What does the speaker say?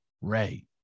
Ray